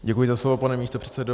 Děkuji za slovo, pane místopředsedo.